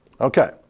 Okay